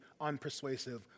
unpersuasive